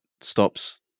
stops